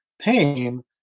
pain